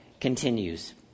continues